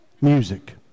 music